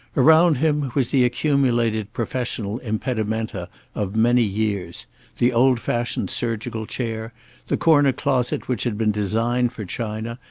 around him was the accumulated professional impedimenta of many years the old-fashioned surgical chair the corner closet which had been designed for china,